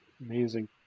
Amazing